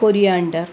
coriander